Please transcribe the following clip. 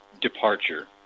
departure